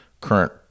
current